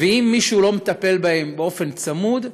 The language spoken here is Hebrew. ואם מישהו לא מטפל בהם באופן צמוד,